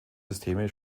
systeme